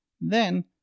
Then